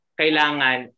kailangan